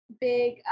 Big